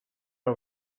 are